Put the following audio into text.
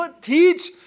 Teach